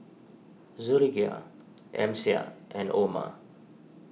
Zulaikha Amsyar and Omar